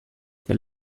der